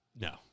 No